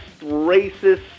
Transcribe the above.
racist